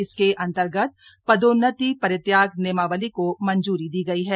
इसके अंतर्गत पदोन्नति परित्याग नियमावली को मंजूरी दी गई है